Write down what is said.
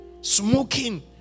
Smoking